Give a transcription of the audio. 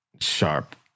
Sharp